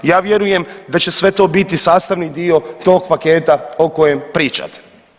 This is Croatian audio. Ja vjerujem da će sve to biti sastavni dio tog paketa o kojem pričate.